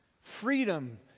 Freedom